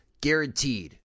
guaranteed